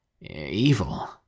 evil